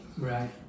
right